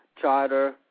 charter